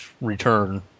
return